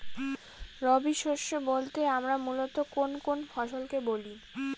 রবি শস্য বলতে আমরা মূলত কোন কোন ফসল কে বলি?